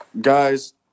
guys